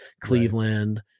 Cleveland